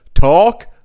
talk